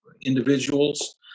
individuals